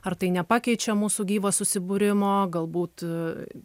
ar tai nepakeičia mūsų gyvo susibūrimo galbūt